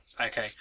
Okay